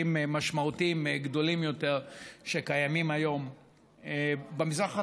משמעותיים גדולים יותר שקיימים היום במזרח התיכון,